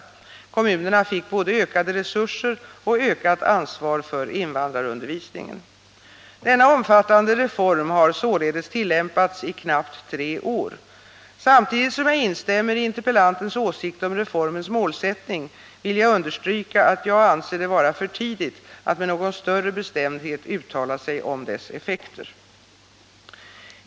Kommunerna fick både ökade resurser och ökat ansvar för invandrarundervisningen. Denna omfattande reform har således tillämpats i knappt tre år. Samtidigt som jag instämmer i interpellantens åsikt om reformens målsättning vill jag understryka att jag anser det vara för tidigt att med någon större bestämdhet uttala sig om dess effekter.